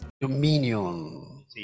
Dominion